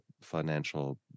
financial